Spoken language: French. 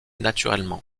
naturellement